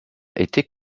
était